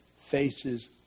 faces